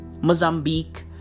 Mozambique